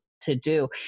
to-do